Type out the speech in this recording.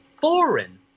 foreign